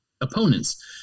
opponents